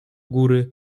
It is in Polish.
góry